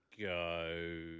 go